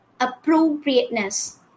appropriateness